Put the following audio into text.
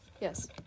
Yes